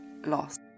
lost